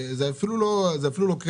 זה אפילו לא קרדיט,